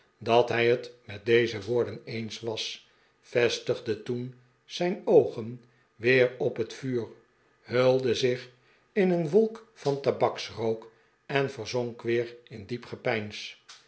dat hij het met deze woorden eens was vestigde toen zijn oogen weer op het vuur hulde zich in een wolk van tabaksrook en verzonk weer in diep